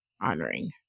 honoring